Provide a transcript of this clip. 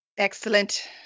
Excellent